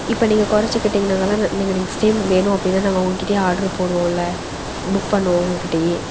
இப்போ நீங்கள் கொறச்சு கேட்டிங்கன்னா நீங்கள் நெக்ஸ்ட் டைம் வேணும் அப்படினா நாங்கள் உங்ககிட்டையே ஆடரு போடுவோம்ல புக் பண்ணுவோம் உங்ககிட்டையே